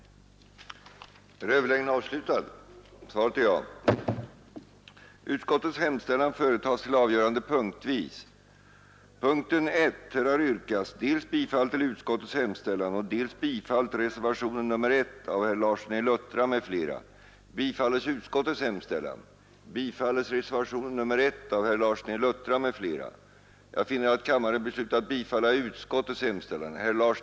dels berett riksdagen tillfälle att avge yttrande över ett vid propositionen fogat, inom civildepartementet upprättat förslag till att riksdagen med bifall till motionen 1972:51 såvitt nu var i fråga tillkännagav för Kungl. Maj:t som sin mening att det pågående utredningsarbetet på det kommunala området borde i fråga om statsuppsikten över kommunerna inriktas på en väsentlig minskning av den statliga styrningen av kommunerna.